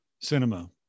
cinema